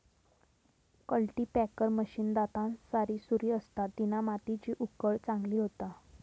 cultipacker machine दातांसारी सुरी असता तिना मातीची उकळ चांगली होता